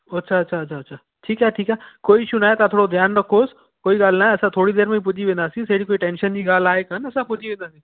अच्छा अच्छा अच्छा अच्छा ठीकु आहे ठीकु आहे कोई इशू न आहे तव्हां थोरो ध्यानु रखोसि कोई ॻाल्हि न आहे असां थोरी देरि में ई पुॼी वेंदासींस अहिड़ी कोई टेंशन जी ॻाल्हि आहे कोन्ह असां पुॼी वेंदासींस